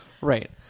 right